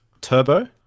Turbo